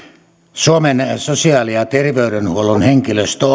suomen sosiaali ja terveydenhuollon henkilöstö